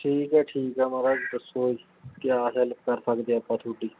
ਠੀਕ ਹੈ ਠੀਕ ਹੈ ਮਹਾਰਾਜ ਦੱਸੋ ਕਿਵੇਂ ਹੈਲਪ ਕਰ ਸਕਦੇ ਹਾਂ ਆਪਾਂ ਤੁਹਾਡੀ